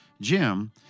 Jim